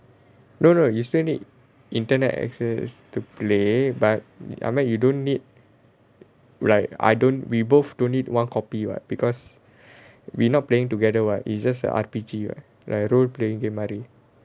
no no you still need internet access to play but I meant you don't need like I don't we both don't need one copy [what] because we not playing together [what] it's just a R_P_G [what] like role playing game இந்த மாதிரி:intha maathiri